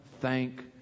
thank